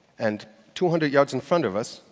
and two hundred yards in front of us,